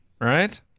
right